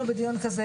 בדיון כזה,